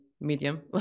medium